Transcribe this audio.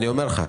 אני אומר לך.